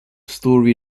story